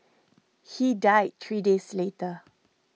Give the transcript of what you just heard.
he died three days later